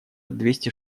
двести